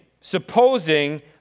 supposing